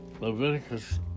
Leviticus